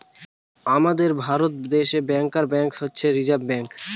আমাদের ভারত দেশে bankers bank হচ্ছে রিসার্ভ ব্যাঙ্ক